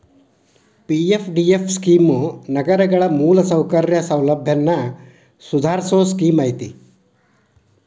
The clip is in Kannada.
ಪಿ.ಎಫ್.ಡಿ.ಎಫ್ ಸ್ಕೇಮ್ ನಗರಗಳ ಮೂಲಸೌಕರ್ಯ ಸೌಲಭ್ಯನ ಸುಧಾರಸೋ ಸ್ಕೇಮ್ ಐತಿ